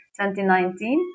2019